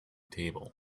table